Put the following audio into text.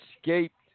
escaped